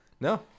no